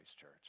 Church